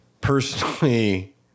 personally